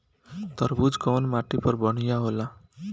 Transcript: तरबूज कउन माटी पर बढ़ीया होला?